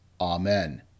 Amen